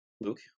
Luke